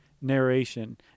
narration